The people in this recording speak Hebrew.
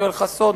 יואל חסון,